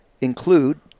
include